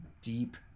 deep